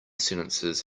sentences